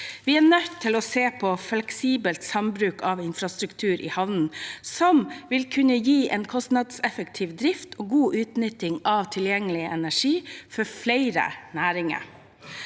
Vi er nødt til å se på fleksibel sambruk av infrastruktur i havnene, som vil kunne gi en kostnadseffektiv drift og god utnytting av tilgjengelig energi for flere næringer.